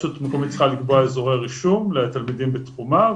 הרשות המקומית צריכה לקבוע אזורי רישום לתלמידים בתחומה,